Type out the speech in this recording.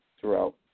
throughout